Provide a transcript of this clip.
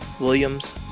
Williams